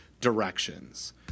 directions